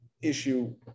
issue